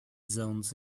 zones